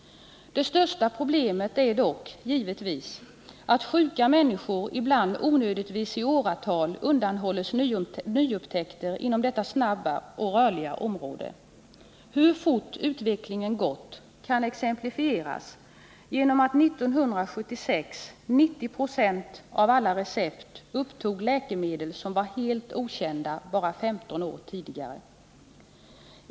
Det största problemet är dock givetvis att sjuka människor ibland onödigtvis i åratal undanhålls nyupptäckter inom detta snabbt rörliga område. Hur fort utvecklingen har gått kan exemplifieras genom följande: År 1976 upptog 90 96 av alla recept läkemedel som var helt okända bara 15 år tidigare.